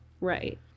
Right